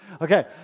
Okay